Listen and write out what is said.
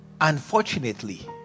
Unfortunately